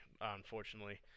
unfortunately